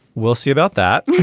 we'll see about that.